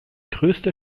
größte